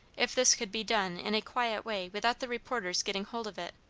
if this could be done in a quiet way without the reporters getting hold of it,